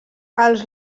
els